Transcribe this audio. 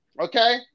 okay